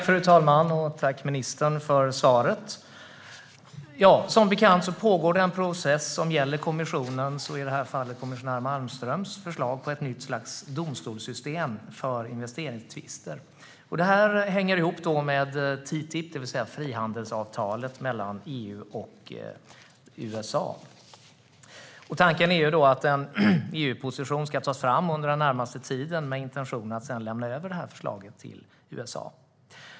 Fru talman! Jag tackar ministern för svaret. Som bekant pågår det en process som gäller kommissionens och i detta fall kommissionär Malmströms förslag på ett nytt slags domstolssystem för investeringstvister. Det hänger ihop med TTIP, det vill säga frihandelsavtalet mellan EU och USA. Tanken är att en EU-position ska tas fram under den närmaste tiden med intentionen att sedan lämna över förslaget till USA.